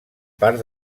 part